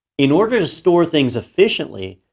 in order to store things efficiently,